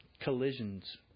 Collisions